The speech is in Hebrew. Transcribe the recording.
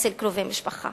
אצל קרובי משפחה?